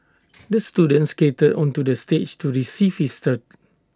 the student skated onto the stage to receive his